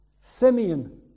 Simeon